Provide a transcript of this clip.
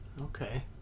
Okay